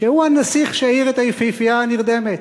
שהוא הנסיך שהעיר את היפהפייה הנרדמת,